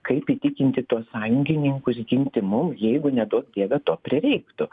kaip įtikinti tuos sąjungininkus ginti mum jeigu neduok dieve to prireiktų